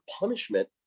punishment